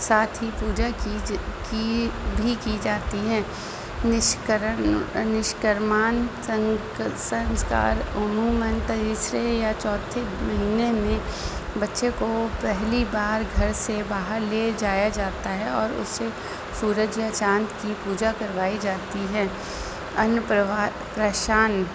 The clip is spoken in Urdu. ساتھ ہی پوجا کی جا کی بھی کی جاتی ہے نشکرن نشکرمان سن سنسکار عوماً تیسرے یا چوتھے مہینے میں بچے کو پہلی بار گھر سے باہر لے جایا جاتا ہے اور اس سے سورج یا چاند کی پوجا کروائی جاتی ہے ان پراہ پرشان